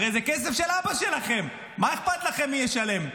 הרי זה כסף של אבא שלכם, מה אכפת לכם מי ישלם?